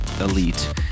Elite